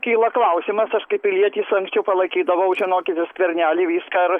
kyla klausimas aš kaip pilietis anksčiau palaikydavau žinokit skvernelį viską ir